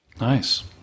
Nice